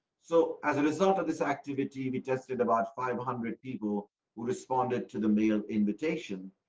so as a result of this activity be tested. about five hundred people responded to the male invitation.